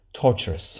torturous